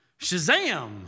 Shazam